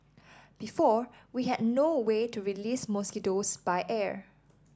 before we had no way to release mosquitoes by air